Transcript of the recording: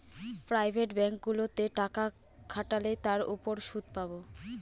private ব্যাঙ্কগুলোতে টাকা খাটালে তার উপর সুদ পাবো